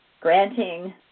granting